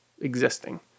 existing